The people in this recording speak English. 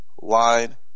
line